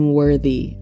worthy